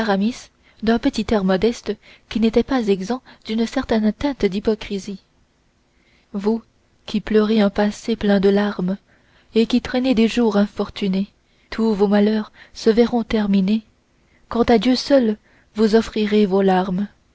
d'un petit air modeste qui n'était pas exempt d'une certaine teinte d'hypocrisie vous qui pleurez un passé plein de charmes et qui traînez des jours infortunés tous vos malheurs se verront terminés quand à dieu seul vous offrirez vos larmes